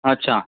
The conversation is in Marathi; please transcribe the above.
अच्छा